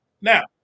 Now